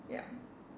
ya